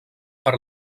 per